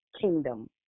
kingdom